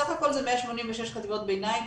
בסך הכל זה 186 חטיבות בינים,